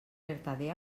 vertader